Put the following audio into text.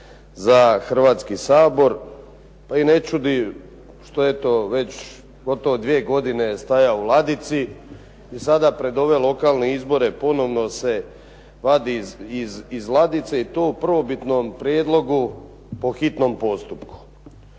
za Hrvatski sabor pa i ne čudi što je eto već gotovo dvije godine stajao u ladici i sada pred ove lokalne izbore ponovno se vadi iz ladice i to u prvobitnom prijedlogu po hitnom postupku.